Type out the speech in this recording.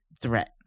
threat